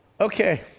Okay